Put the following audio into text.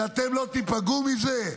שאתם לא תיפגעו מזה?